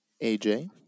AJ